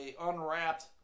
unwrapped